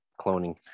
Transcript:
Cloning